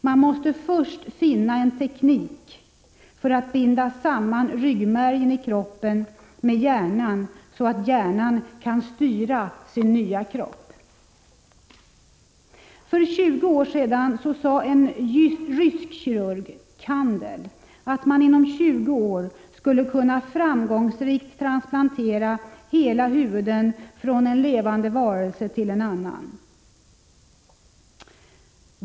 Man måste först finna en teknik för att binda samman ryggmärgen i kroppen med hjärnan, så att hjärnan kan styra sin nya kropp. För 20 år sedan sade en rysk kirurg, Kandel, att man inom 20 år skulle kunna framgångsrikt transplantera hela huvuden från en levande varelse till en annan.